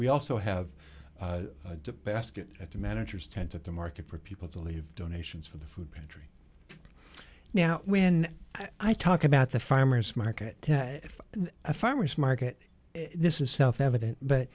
we also have to basket at the managers tend to the market for people to leave donations for the food pantry now when i talk about the farmers market the farmers market this is self evident but